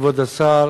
כבוד השר,